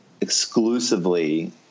exclusively